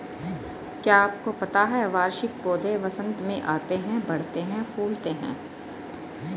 क्या आपको पता है वार्षिक पौधे वसंत में आते हैं, बढ़ते हैं, फूलते हैं?